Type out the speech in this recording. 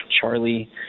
Charlie